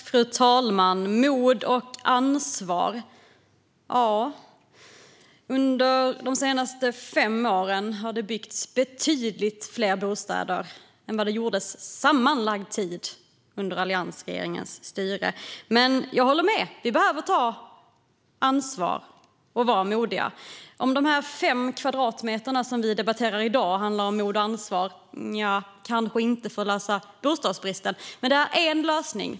Fru talman! När det gäller mod och ansvar har det de senaste fem åren byggts betydligt fler bostäder än under alliansregeringens sammanlagda tid. Men jag håller med om att vi behöver ta ansvar och vara modiga. I fråga om de fem kvadratmeter som vi debatterar i dag handlar det kanske inte om mod och ansvar för att lösa bostadsbristen. Men det finns lösningar.